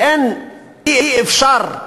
אי-אפשר,